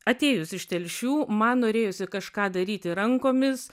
atėjus iš telšių man norėjosi kažką daryti rankomis